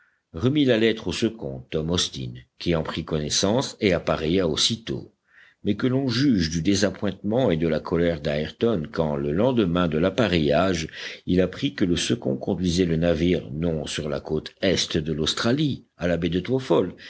remit la lettre au second tom austin qui en prit connaissance et appareilla aussitôt mais que l'on juge du désappointement et de la colère d'ayrton quand le lendemain de l'appareillage il apprit que le second conduisait le navire non sur la côte est de l'australie à la baie de